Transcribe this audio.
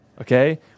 Okay